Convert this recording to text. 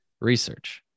research